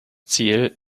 ziel